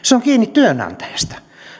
työnantajasta